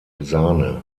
sahne